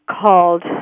called